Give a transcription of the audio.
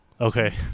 okay